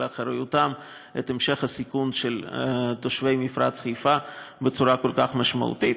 אחריותם את המשך הסיכון של תושבי מפרץ חיפה בצורה כל כך משמעותית.